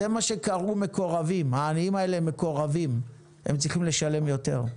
זה מה שקראו מקורבים העניים האלה הם מקורבים והם צריכים לשלם יותר.